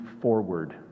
forward